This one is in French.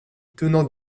tenant